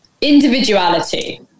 Individuality